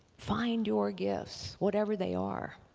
find your gifts whatever they are.